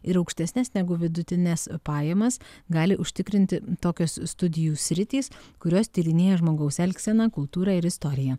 ir aukštesnes negu vidutines pajamas gali užtikrinti tokios studijų sritys kurios tyrinėja žmogaus elgseną kultūrą ir istoriją